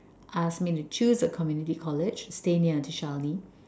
asked me to choose a community collage stay near